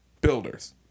builders